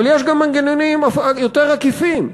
אבל יש גם מנגנונים יותר עקיפים.